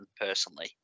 personally